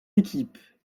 équipes